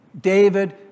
David